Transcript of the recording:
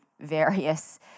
various